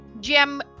gem